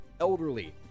elderly